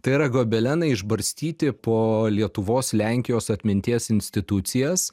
tai yra gobelenai išbarstyti po lietuvos lenkijos atminties institucijas